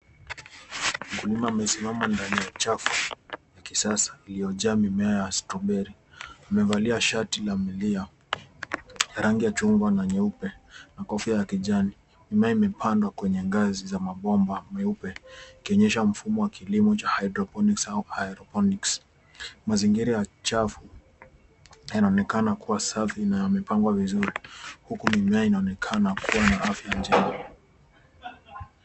Mkulima amesimama ndani ya safu ya kisasa iliyojaa mimea ya strawbery[cs ]. Amevalia shati la milia ya rangi ya chungwa na nyeupe na kofia ya kijani. Mimea imepandwa kwenye ngazi za mabomba meupe ikionyesha mfumo wa kilimo cha hydroponics au haeroponics . Mazingira ya safu yanaonekana kuwa safi na yamepangwa vizuri huku mimea inaonekana kuwa na afya njema.